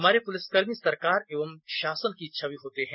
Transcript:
हमारे पुलिसकर्मी सरकार एवं शासन की छवि होते हैं